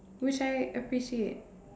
which I appreciate